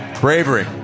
Bravery